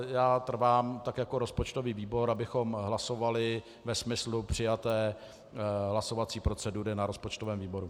Já trvám, tak jako rozpočtový výbor, abychom hlasovali ve smyslu přijaté hlasovací procedury na rozpočtovém výboru.